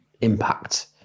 impact